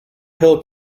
hill